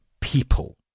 people